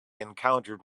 encountered